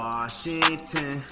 Washington